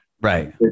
right